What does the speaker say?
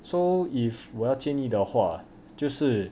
so if 我要建议的话就是